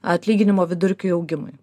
atlyginimo vidurkiui augimui